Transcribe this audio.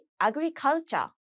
agriculture